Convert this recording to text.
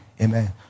Amen